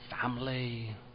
family